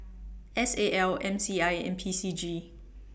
S A L M C I and P C G